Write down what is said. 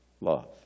love